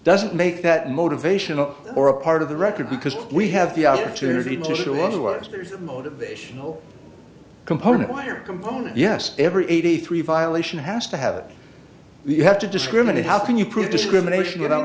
doesn't make that motivational or a part of the record because we have the opportunity to show otherwise there's a motivational component wire component yes every eighty three violation has to have it you have to discriminate how can you prove discrimination